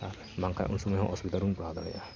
ᱟᱨ ᱵᱟᱝ ᱠᱷᱟᱡ ᱩᱱ ᱥᱚᱢᱚᱭ ᱦᱚᱸ ᱚᱥᱩᱵᱤᱫᱟᱨᱮ ᱵᱚᱱ ᱯᱟᱲᱟᱣ ᱫᱟᱲᱮᱭᱟᱜᱼᱟ